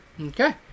Okay